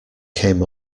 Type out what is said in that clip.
came